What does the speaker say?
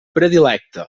predilecte